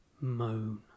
moan